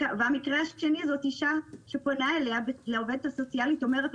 והמקרה השני זאת אישה שפונה לעובדת הסוציאלית ואומרת,